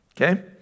Okay